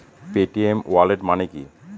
Paytm wallet মানে কি?